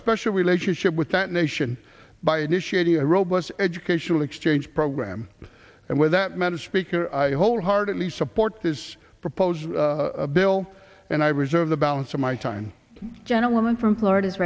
special relationship with that nation by initiating a robust educational exchange program and with that measure speaker i wholeheartedly support this proposed bill and i reserve the balance of my time gentlewoman from florida is